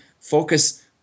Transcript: focus